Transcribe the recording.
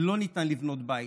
אי-אפשר לבנות בית,